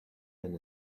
than